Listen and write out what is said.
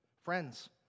friends